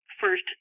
first